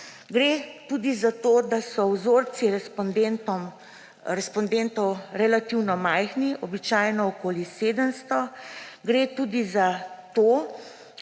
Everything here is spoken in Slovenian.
Gre tudi za to, da so vzorci respondentov relativno majhni, običajno okoli 700. Gre tudi za to,